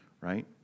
right